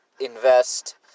invest